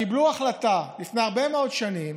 קיבלו החלטה, לפני הרבה מאוד שנים,